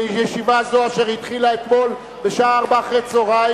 ישיבה זו, אשר התחילה אתמול בשעה 16:00,